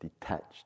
detached